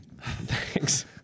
Thanks